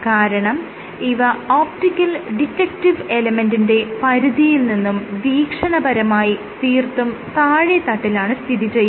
കാരണം ഇവ optical detective എലമെന്റിന്റെ പരിധിയിൽ നിന്നും വീക്ഷ്ണപരമായി തീർത്തും താഴെ തട്ടിലാണ് സ്ഥിതിചെയ്യുന്നത്